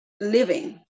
living